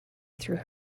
through